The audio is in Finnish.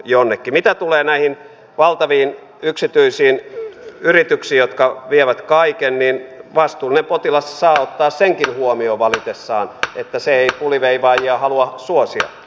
mitä tulee näihin valtaviin yksityisiin yrityksiin jotka vievät kaiken niin vastuullinen potilas saa ottaa senkin huomioon valitessaan että hän ei puliveivaajia halua suosia